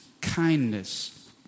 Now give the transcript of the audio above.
kindness